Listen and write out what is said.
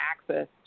access